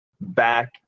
back